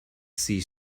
see